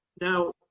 Now